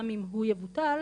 גם אם הוא יבוטל,